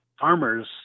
farmers